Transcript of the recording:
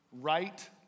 right